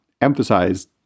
emphasize